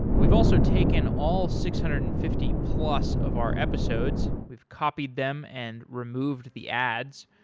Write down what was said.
we've also taken all six hundred and fifty plus of our episodes. we've copied them and removed the ads,